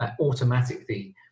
automatically